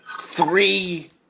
three